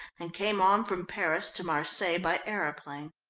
and came on from paris to marseilles by aeroplane.